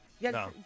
No